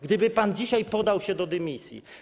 Gdyby pan dzisiaj podał się do dymisji.